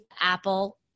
Apple